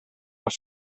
del